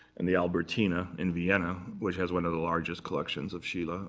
and the albertina in vienna, which has one of the largest collections of schiele. ah